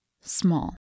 small